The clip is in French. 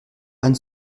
ann